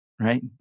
right